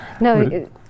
no